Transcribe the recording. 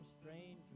strange